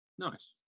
Nice